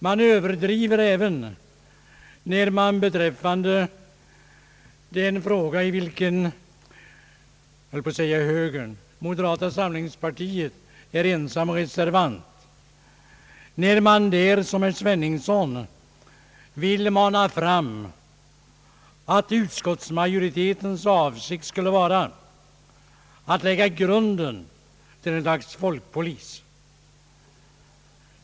Man överdriver även när man beträffande den fråga i vilken moderata samlingspartiet är ensam reservant, såsom herr Sveningsson gjorde, vill ge sken av att utskottsmajoritetens avsikt skulle vara att lägga grunden till ett slags folkpolis.